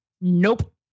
Nope